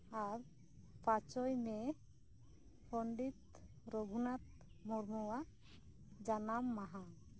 ᱟᱨ ᱯᱟᱸᱪᱩᱭ ᱢᱮ ᱯᱚᱸᱰᱤᱛ ᱨᱚᱜᱷᱩᱱᱟᱛᱷ ᱢᱩᱨᱢᱩᱣᱟᱜ ᱡᱟᱱᱟᱢ ᱢᱟᱦᱟ